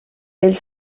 ell